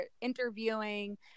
interviewing